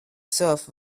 surf